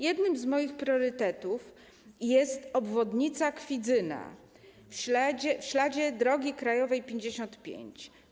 Jednym z moich priorytetów jest obwodnica Kwidzyna w śladzie drogi krajowej 55.